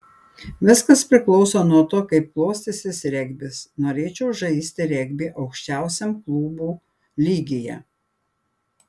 viskas priklauso nuo to kaip klostysis regbis norėčiau žaisti regbį aukščiausiam klubų lygyje